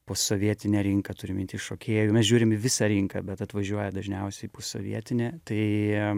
posovietinę rinką turiu minty šokėjų mes žiūrim į visą rinką bet atvažiuoja dažniausiai posovietinė tai